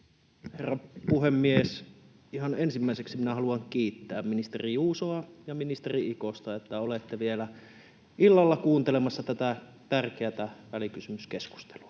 Herra puhemies! Ihan ensimmäiseksi minä haluan kiittää ministeri Juusoa ja ministeri Ikosta, että olette vielä illalla kuuntelemassa tätä tärkeätä välikysymyskeskustelua.